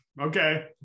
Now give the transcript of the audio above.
okay